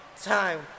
time